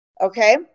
Okay